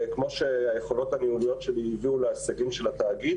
וכמו שהיכולות הניהוליות שלי הביאו להישגים של התאגיד,